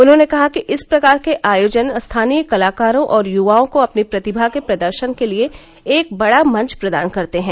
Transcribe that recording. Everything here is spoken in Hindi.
उन्होंने कहा कि इस प्रकार के आयोजन स्थानीय कलाकारों और युवाओं को अपनी प्रतिभा के प्रदर्शन के लिए एक बड़ा मंच प्रदान करते हैं